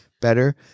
better